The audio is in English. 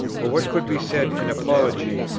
for what could be said in apology,